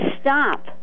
stop